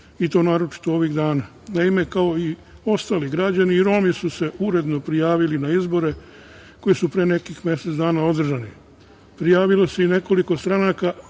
i to naročito ovih dana. Naime, kao i ostali građani i Romi su se uredno prijavili na izbore koji su pre nekih mesec dana održani. Prijavilo se i nekoliko stranaka,